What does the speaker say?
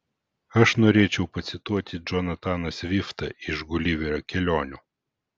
aš norėčiau pacituoti džonataną sviftą iš guliverio kelionių